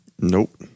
Nope